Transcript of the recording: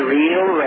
real